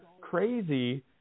crazy